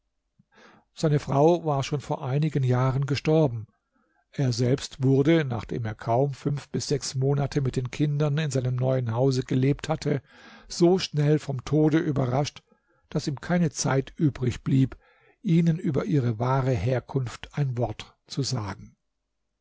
seine frau war schon vor einigen jahren gestorben er selbst wurde nachdem er kaum fünf bis sechs monate mit den kindern in seinem neuen hause gelebt hatte so schnell vom tode überrascht daß ihm keine zeit übrig blieb ihnen über ihre wahre herkunft ein wort zu sagen